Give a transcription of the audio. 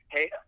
Hey